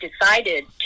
decided